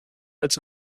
als